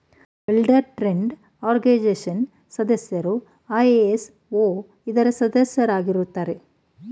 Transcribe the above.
world trade organisation ಸದಸ್ಯರು ISO ಇದರ ಸದಸ್ಯರಾಗಿರುತ್ತಾರೆ